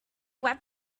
web